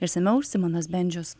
išsamiau simonas bendžius